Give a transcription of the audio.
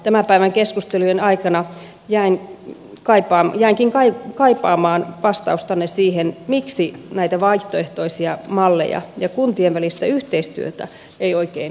tämän päivän keskustelujen aikana jäinkin kaipaamaan vastaustanne siihen miksi näitä vaihtoehtoisia malleja ja kuntien välistä yhteistyötä ei oikein sallita